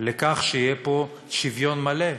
לכך שיהיה פה שוויון מלא.